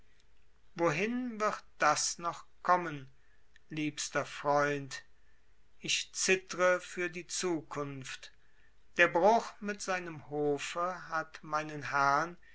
wohin wird das noch kommen liebster freund ich zittre für die zukunft der bruch mit seinem hofe hat meinen herrn